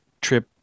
trip